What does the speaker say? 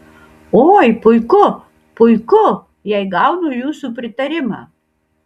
oi puiku puiku jei gaunu jūsų pritarimą